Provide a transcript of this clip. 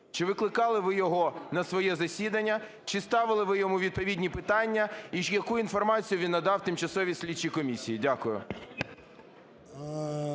Чи викликали ви його на своє засідання, чи ставили ви йому відповідні питання, і яку інформацію він надав тимчасовій слідчій комісії? Дякую.